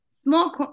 small